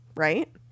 right